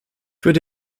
würde